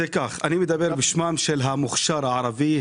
אני מדבר בשמו של המוכשר הערבי,